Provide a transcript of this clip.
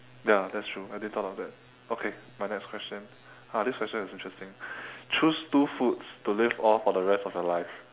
ya that's true I didn't thought of that okay my next question ah this question is interesting choose two foods to live off for the rest of your life